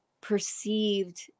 perceived